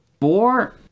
Four